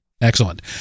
Excellent